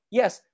yes